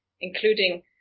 including